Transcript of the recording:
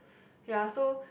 ya so